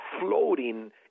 floating